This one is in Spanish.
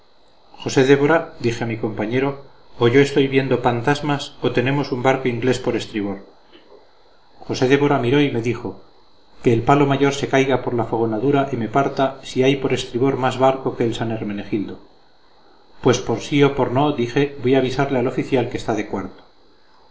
josé débora dije a mi compañero o yo estoy viendo pantasmas o tenemos un barco inglés por estribor josé débora miró y me dijo que el palo mayor se caiga por la fogonadura y me parta si hay por estribor más barco que el san hermenegildo pues por sí o por no dije voy a avisarle al oficial que está de cuarto